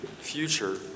future